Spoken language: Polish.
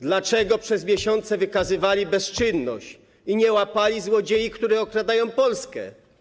Dlaczego przez miesiące wykazywali bezczynność i nie łapali złodziei, którzy okradają Polskę?